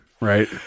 right